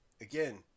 Again